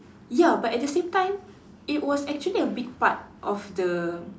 ya but at the same time it was actually a big part of the